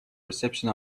reception